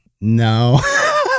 no